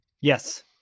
Yes